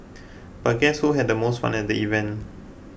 but guess who had the most fun at the event